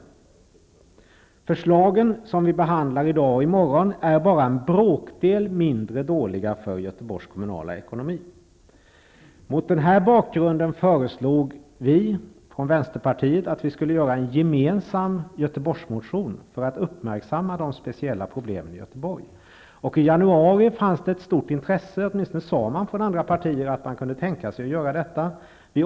De förslag som vi behandlar i dag och i morgon är bara en bråkdel mindre dåliga för Mot den bakgrunden har vi i Vänsterpartiet föreslagit att en Göteborgsmotion väcks gemensamt för att uppmärksamma de speciella problemen i Göteborg. I januari fanns det ett stort intresse -- åtminstone sade man i andra partier att man kunde tänka sig att väcka en sådan motion.